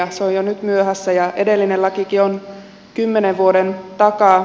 se on jo nyt myöhässä ja edellinen lakikin on kymmenen vuoden takaa